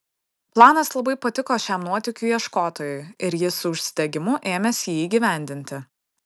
planas labai patiko šiam nuotykių ieškotojui ir jis su užsidegimu ėmėsi jį įgyvendinti